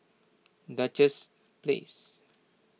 Duchess Place